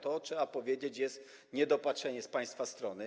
Trzeba powiedzieć, że jest to niedopatrzenie z państwa strony.